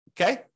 okay